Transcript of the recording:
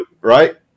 right